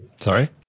Sorry